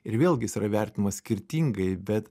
ir vėlgi jis yra vertinamas skirtingai bet